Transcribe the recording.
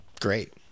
great